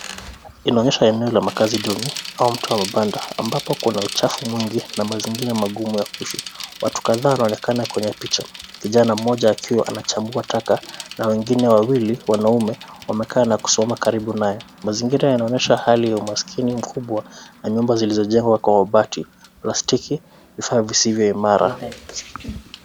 Inaonyesha eneo la makazi duni au mtaa wa mabanda ambapo kuna uchafu mwingi na mazingira magumu ya kuishi. Watu kadhaa wanaonekana kwenye picha, kijana mmoja akiwa anachambua taka na wengine wawili wanaume, wamekaa na kusoma karibu naye. Mazingira yanaonyesha hali ya umaskini mkubwa na nyumba zilizojengwa kwa mabati, plastiki, vifaa visivyo imara.